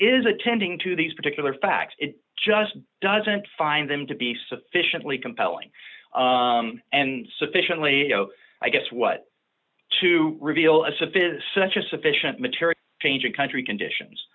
is attending to these particular facts it just doesn't find them to be sufficiently compelling and sufficiently i guess what to reveal a sophist such as sufficient material change in country conditions